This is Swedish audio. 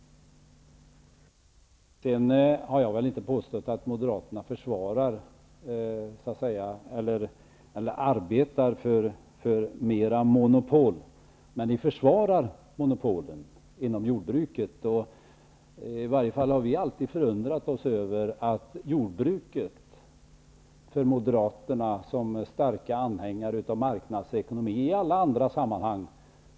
Jag har inte påstått att Moderaterna arbetar för mer monopol, men ni försvarar monopolen inom jordbruket. I varje fall har vi alltid förundrat oss över att jordbruket är en frizon för Moderaterna som annars är starka anhängare av marknadsekonomi i alla sammanhang.